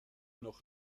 noch